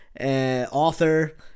author